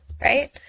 right